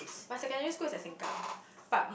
my secondary school is at Sengkang but